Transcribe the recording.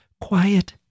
quiet